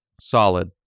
solid